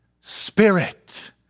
Spirit